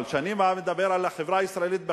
אבל כשאני בא ומדבר על החברה הישראלית בכללה,